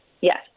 Yes